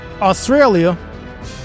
australia